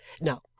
Now